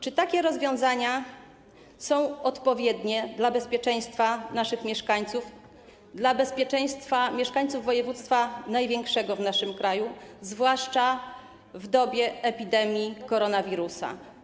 Czy takie rozwiązania są odpowiednie dla bezpieczeństwa naszych mieszkańców, dla bezpieczeństwa mieszkańców największego województwa w naszym kraju, zwłaszcza w dobie epidemii koronawirusa?